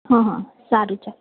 હ હ સારું